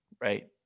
right